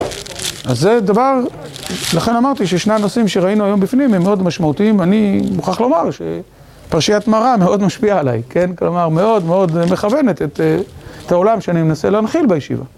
אז זה דבר, לכן אמרתי ששני הנושאים שראינו היום בפנים הם מאוד משמעותיים, אני מוכרח לומר שפרשיית מראה מאוד משפיעה עליי, כן, כלומר מאוד מאוד מכוונת את העולם שאני מנסה להנחיל בישיבה.